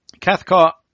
Cathcart